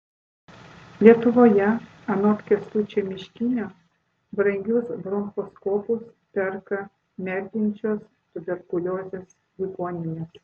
lietuvoje anot kęstučio miškinio brangius bronchoskopus perka merdinčios tuberkuliozės ligoninės